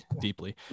deeply